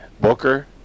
Booker